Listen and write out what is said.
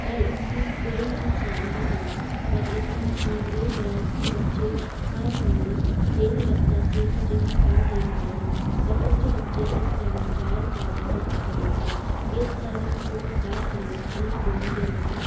ਪਰ ਇਸ 'ਚ ਕੋਈ ਨੁਕਸਾਨ ਵੀ ਹੋਏ ਪਰ ਇਸ ਦਾ ਨੁਕਸਾਨ ਇਹ ਹੋਇਆ ਕਿ ਬੱਚੇ ਹਰ ਸਮੇਂ ਇਹ ਲੱਗਦਾ ਸੀ ਕਿ ਜਿਵੇਂ ਪੜ੍ਹ ਰਹੇ ਹੁੰਦੇ ਹਨ ਪਰ ਕੁੱਝ ਬੱਚੇ ਇਸ ਦਾ ਨਾਜਾਇਜ਼ ਫ਼ਾਇਦਾ ਵੀ ਚੁੱਕਦੇ ਸਨ ਇਸ ਕਾਰਨ ਉਹ ਹਰ ਸਮੇਂ ਆਪਣੇ ਫੋਨ ਦੇ ਨਾਲ